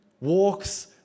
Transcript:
walks